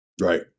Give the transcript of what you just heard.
Right